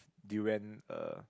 durian uh